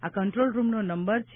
આ કન્ટ્રોલ રૂમનો નંબર છે